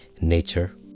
nature